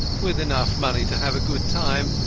with enough money to have a good time,